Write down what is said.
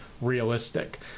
realistic